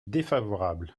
défavorable